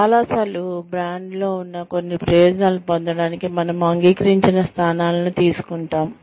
చాలా సార్లు బ్రాండ్లో ఉన్న కొన్ని ప్రయోజనాలను పొందడానికి మనము అంగీకరించిన స్థానాలను తీసుకుంటాము